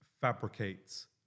fabricates